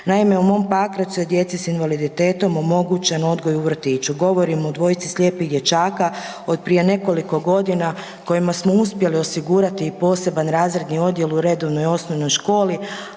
Naime, u mom Pakracu je djeci s invaliditetom omogućen odgoj u vrtiću. Govorim o dvojici slijepih dječaka od prije nekoliko godina kojima smo uspjeli osigurati i poseban razredni odjel u redovnoj osnovnoj školi,